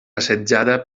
assetjada